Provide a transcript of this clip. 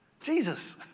Jesus